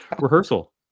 rehearsal